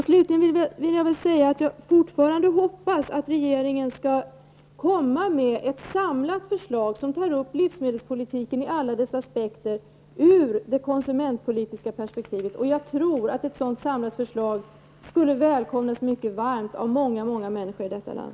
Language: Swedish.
Slutligen vill jag säga att jag fortfarande hoppas att regeringen skall komma med ett samlat förslag, där livsmedelspolitiken i alla dess aspekter tas upp i det konsumentpolitiska perspektivet. Jag tror att ett sådant samlat förslag skulle välkomnas mycket varmt av många människor i vårt land.